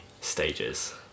stages